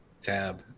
Tab